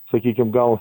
sakykim gal